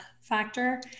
factor